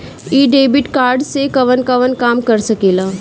इ debit card से कवन कवन काम कर सकिला?